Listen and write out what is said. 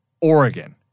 Oregon